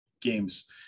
games